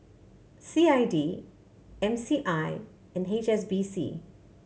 C I D M C I and H S B C